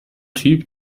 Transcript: typ